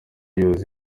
yoza